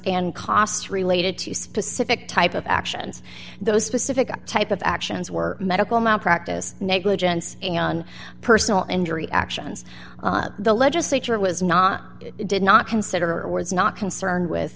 and costs related to specific type of actions those specific type of actions were medical malpractise negligence personal injury actions the legislature was not did not consider or was not concerned with